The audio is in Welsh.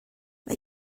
mae